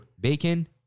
bacon